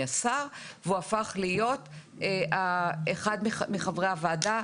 השר והוא הפך להיות אחד מחברי הוועדה,